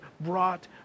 brought